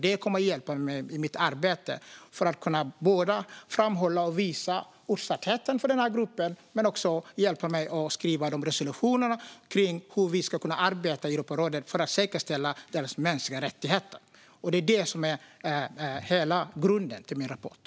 Det kommer att hjälpa mig i mitt arbete så att jag kan framhålla och visa gruppens utsatthet men det kommer också att hjälpa mig att skriva resolutioner om hur vi i Europarådet ska kunna arbeta för att säkerställa gruppens mänskliga rättigheter. Det är hela grunden för min rapport.